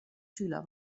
schüler